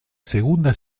segunda